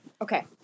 Okay